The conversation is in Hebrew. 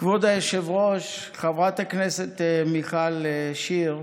כבוד היושב-ראש, חברת הכנסת מיכל שיר,